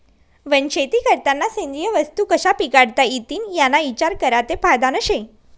वनशेती करतांना सेंद्रिय वस्तू कशा पिकाडता इतीन याना इचार करा ते फायदानं शे